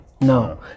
No